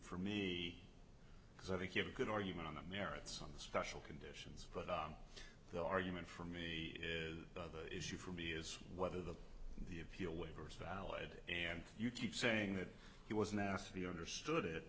for me because i think you have a good argument on the merits on the special conditions but the argument for me is the issue for me is whether the the appeal waivers valid and you keep saying that he was nasty i understood it